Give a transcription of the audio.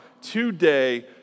today